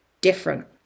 different